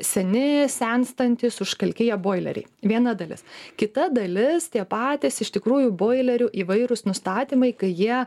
seni senstantys užkalkėję boileriai viena dalis kita dalis tie patys iš tikrųjų boilerių įvairūs nustatymai kai jie